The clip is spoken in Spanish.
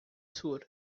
sur